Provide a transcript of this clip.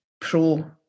pro